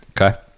Okay